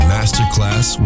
Masterclass